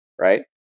right